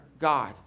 God